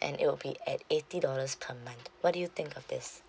and it will be at eighty dollars per month what do you think of this